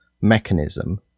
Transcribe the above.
mechanism